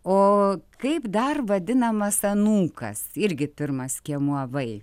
o kaip dar vadinamas anūkas irgi pirmas skiemuo vai